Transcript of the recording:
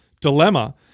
dilemma